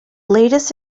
latest